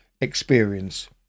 experience